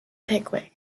pickwick